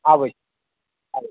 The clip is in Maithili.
आबै छी आबै छी